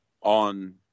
on